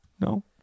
no